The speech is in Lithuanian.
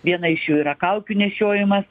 viena iš jų yra kaukių nešiojimas